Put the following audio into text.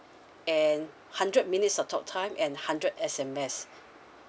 and hundred minutes of talk time and hundred S_M_S